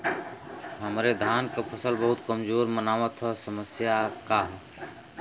हमरे धान क फसल बहुत कमजोर मनावत ह समस्या का ह?